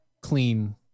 clean